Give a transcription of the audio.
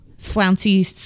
flouncy